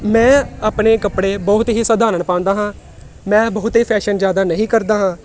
ਮੈਂ ਆਪਣੇ ਕੱਪੜੇ ਬਹੁਤ ਹੀ ਸਾਧਾਰਨ ਪਾਉਂਦਾ ਹਾਂ ਮੈਂ ਬਹੁਤੇ ਫ਼ੈਸ਼ਨ ਜ਼ਿਆਦਾ ਨਹੀਂ ਕਰਦਾ ਹਾਂ